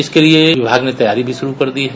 इसके लिए विभाग ने तैयारी भी शुरू कर दी है